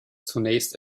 zunächst